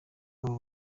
aba